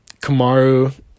Kamaru